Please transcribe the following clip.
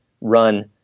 run